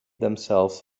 themselves